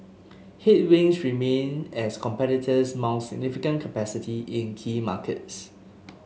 headwinds remain as competitors mount significant capacity in key markets